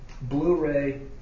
Blu-ray